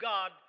God